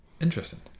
interesting